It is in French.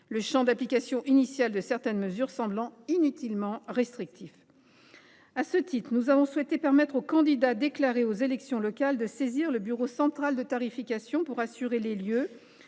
le champ d’application initial de certaines mesures semblant inutilement restrictif. À ce titre, nous avons souhaité permettre aux candidats déclarés aux élections locales de saisir le bureau central de tarification pour assurer les lieux